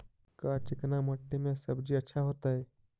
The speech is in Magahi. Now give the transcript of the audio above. का चिकना मट्टी में सब्जी अच्छा होतै?